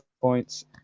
points